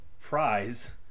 prize